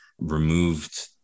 removed